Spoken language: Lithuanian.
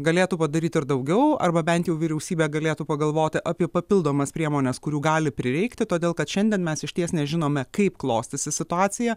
galėtų padaryt daugiau arba bent jau vyriausybė galėtų pagalvoti apie papildomas priemones kurių gali prireikti todėl kad šiandien mes išties nežinome kaip klostysis situacija